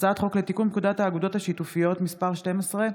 הצעת חוק לתיקון פקודת האגודות השיתופיות (מס' 12)